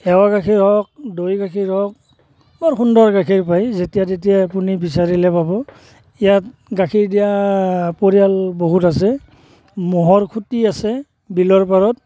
এঁৱা গাখীৰ হওক দৈ গাখীৰ হওক বৰ সুন্দৰ গাখীৰ পাই যেতিয়া তেতিয়াই আপুনি বিচাৰিলে পাব ইয়াত গাখীৰ দিয়া পৰিয়াল বহুত আছে ম'হৰ খুঁটি আছে বিলৰ পাৰত